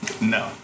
No